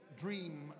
dream